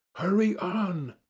hurry on!